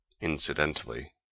Incidentally